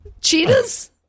Cheetahs